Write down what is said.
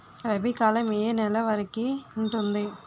రబీ కాలం ఏ ఏ నెల వరికి ఉంటుంది?